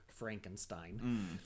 Frankenstein